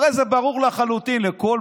הרי זה ברור לחלוטין לכל